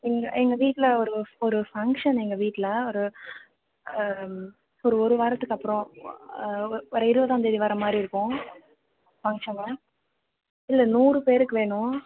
இங்கே எங்கள் வீட்டில் ஒரு ஒரு ஃபங்சன் எங்கள் வீட்டில் ஒரு ஒரு ஒரு வாரத்துக்கு அப்றம் வர இருபதாந்தேதி வர மாதிரி இருக்கும் ஃபங்சனு இல்லை நூறு பேருக்கு வேணும்